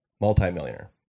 Multi-millionaire